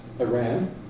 Iran